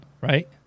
right